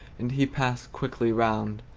and he passed quickly round!